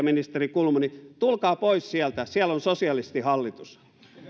ministeri kulmuni tulkaa pois sieltä siellä on sosialistihallitus